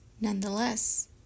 Nonetheless